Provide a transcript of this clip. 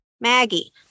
Maggie